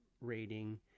rating